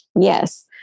yes